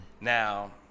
now